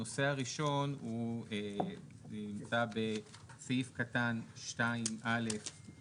הנושא הראשון הוא בסעיף קטן (2)(א)(ד).